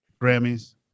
Grammys